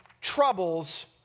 troubles